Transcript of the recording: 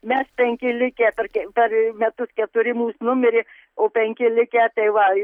mes penki likę per ke per metus keturi mūs numirė o penki likę tai va